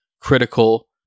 critical